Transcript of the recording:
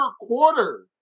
quarter